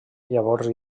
llavors